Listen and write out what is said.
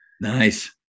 Nice